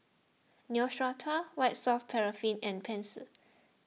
Neostrata White Soft Paraffin and Pansy